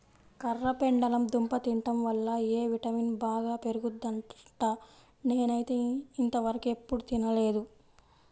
కర్రపెండలం దుంప తింటం వల్ల ఎ విటమిన్ బాగా పెరుగుద్దంట, నేనైతే ఇంతవరకెప్పుడు తినలేదు